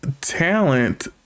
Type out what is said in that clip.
talent